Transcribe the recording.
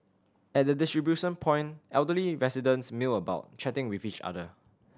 at the distribution point elderly residents mill about chatting with each other